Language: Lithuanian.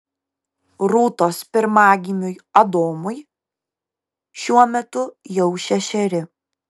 rūtos pirmagimiui adomui šiuo metu jau šešeri